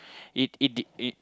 it it it